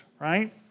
right